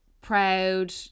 proud